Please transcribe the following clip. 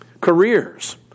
Careers